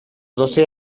doce